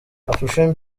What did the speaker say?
afrifame